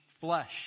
flesh